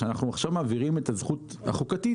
כשאנחנו עכשיו מעבירים את הזכות החוקתית